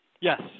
Yes